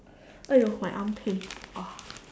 !aiyo! my arm pain !wah!